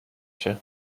się